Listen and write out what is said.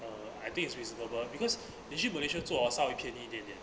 uh I think it's reasonable because 你去 malaysia 做 ah 少一便宜一点点